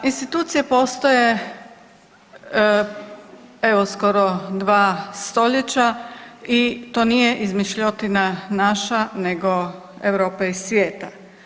Institucije postoje evo skoro dva stoljeća i to nije izmišljotina naša nego Europe i svijeta.